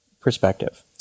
perspective